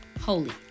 holy